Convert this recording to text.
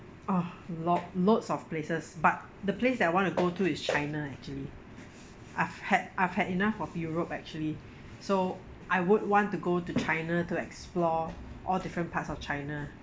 ugh lot loads of places but the place that I want to go to is china actually I've had I've had enough of europe actually so I would want to go to china to explore all different parts of china